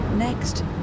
Next